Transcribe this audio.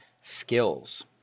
skills